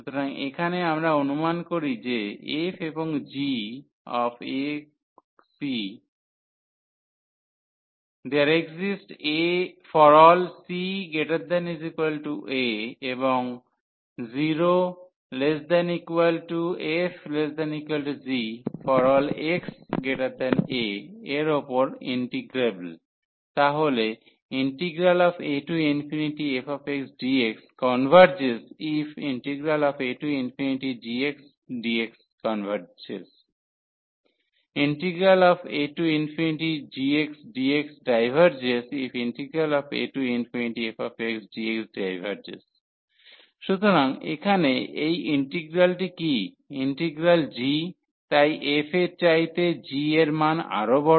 সুতরাং এখানে আমরা অনুমান করি যে f এবং g ac∀c≥a এবং 0≤f≤g∀xa এর উপর ইন্টিগ্রেবল তাহলে afxdx converges if agxdx converges agxdx diverges if afxdx diverges সুতরাং এখানে এই ইন্টিগ্রালটি কি ইন্টিগ্রাল g তাই f এর চাইতে g এর মান আরও বড়